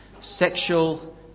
sexual